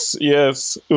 yes